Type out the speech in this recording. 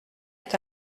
est